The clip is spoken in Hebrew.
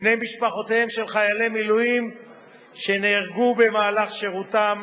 לבני משפחותיהם של חיילי מילואים שנהרגו במהלך שירותם.